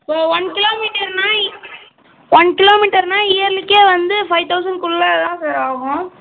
so one கிலோமீட்டர்னா இ one கிலோமீட்டர்னா இயர்லிக்கே வந்து ஃபைவ் தௌசண்ட்க்குள்ளே தான் சார் ஆகும்